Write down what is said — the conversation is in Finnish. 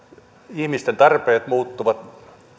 ihmisten tarpeet muuttuvat